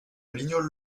lignol